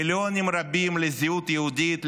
מיליונים רבים לזהות היהודית,